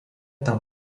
tam